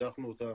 פיתחנו אותה